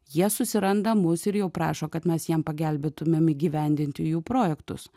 jie susiranda mus ir jau prašo kad mes jiem pagelbėtumėm įgyvendinti jų projektus